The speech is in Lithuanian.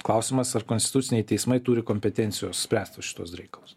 klausimas ar konstituciniai teismai turi kompetencijos spręsti šituos reikalus